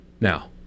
now